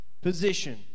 position